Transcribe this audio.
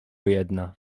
jedna